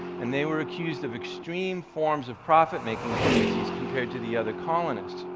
and they were accused of extreme forms of profit-making tendencies, compared to the other colonists.